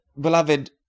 beloved